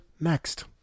next